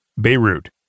Beirut